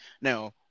Now